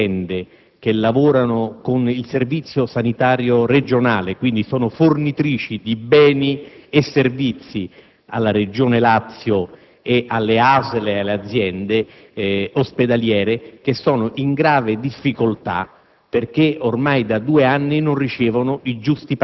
il problema di 110 aziende che lavorano con il Servizio sanitario regionale, dunque fornitrici di beni e servizi alla Regione Lazio, alle ASL e alle aziende ospedaliere, che versano in gravi difficoltà